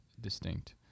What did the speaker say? distinct